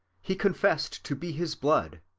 he confessed to be his blood,